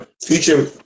future